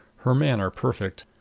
her manner perfect,